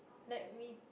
let me